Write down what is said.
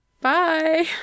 bye